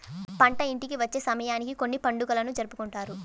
పంట ఇంటికి వచ్చే సమయానికి కొన్ని పండుగలను జరుపుకుంటారు